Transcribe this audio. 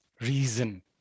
Reason